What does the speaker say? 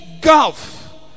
gulf